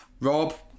Rob